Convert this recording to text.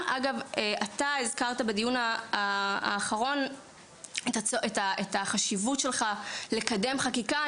אגב, הזכרת בדיון האחרון את החשיבות לקדם חקיקה.